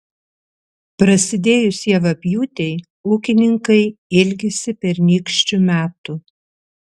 prasidėjus javapjūtei ūkininkai ilgisi pernykščių metų